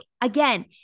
Again